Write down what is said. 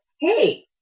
Hey